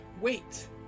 wait